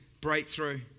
breakthrough